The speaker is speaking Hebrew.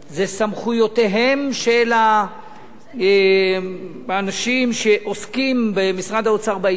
זה סמכויותיהם של האנשים שעוסקים במשרד האוצר בעניין,